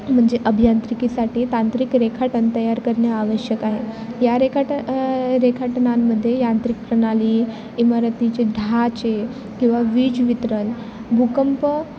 म्हणजे अभियांत्रिकीसाठी तांत्रिक रेखाटन तयार करणे आवश्यक आहे या रेखाट रेखाटनांमध्ये यांत्रिक प्रणाली इमारतीचे ढाचे किंवा वीज वितरण भूकंप